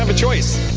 um choice.